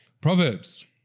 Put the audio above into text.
Proverbs